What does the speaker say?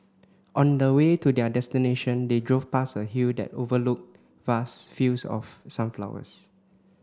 on the way to their destination they drove past a hill that overlooked vast fields of sunflowers